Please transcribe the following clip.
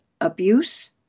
abuse